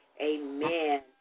Amen